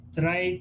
try